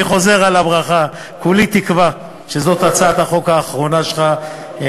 אני חוזר על הברכה: כולי תקווה שזאת הצעת החוק האחרונה שלך,